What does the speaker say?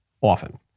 often